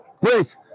Please